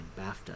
bafta